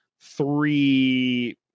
three